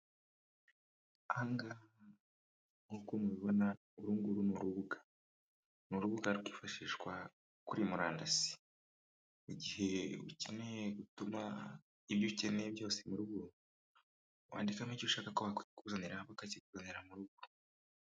Aha ngaha nk'uko mubibona uru nguru ni urubuga, ni urubuga rwifashishwa kuri murandasi, igihe ukeneye gutuma ibyo ukeneye byose mu rugo, wandikamo icyo ushaka ko bakuzanira bakakikuzanira mu rugo.